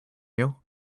you